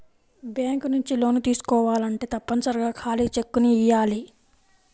bank నుంచి లోన్లు తీసుకోవాలంటే తప్పనిసరిగా ఖాళీ చెక్కుని ఇయ్యాలి